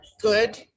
good